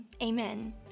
Amen